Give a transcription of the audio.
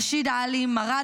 רשיד עאלי מרד